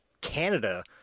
Canada